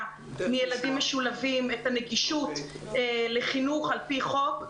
מילדים משולבים את הנגישות לחינוך על-פי חוק?